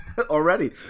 Already